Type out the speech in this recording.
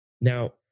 now